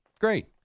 Great